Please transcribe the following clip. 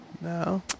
no